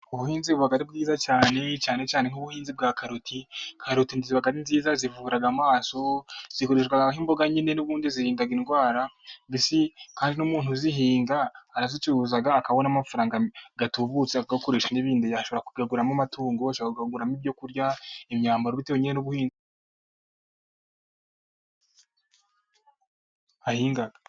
ubuhinzi buba ari bwiza cyane, cyane cyane nk'ubuhinzi bwa karoti. Karoti ni nziza zivura amaso, zigurishwa nk'imboga, nyine n'ubundi zirindaga indwara, mbese kandi n'umuntu uzihinga arazicuruza, akabona amafaranga atubutse akayakoresha n'ibindi. Ashobora kuyaguramo amatungo, ashobora kuyaguramo ibyo kurya, imyambaro, bitewe n' ubuhinzi ahinga.